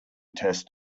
test